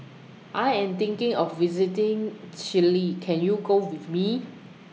I Am thinking of visiting Chile Can YOU Go with Me